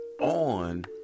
on